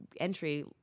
entry